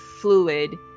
fluid